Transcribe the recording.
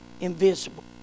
invisible